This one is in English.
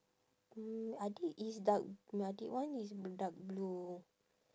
mm adik is dark adik one is dark blue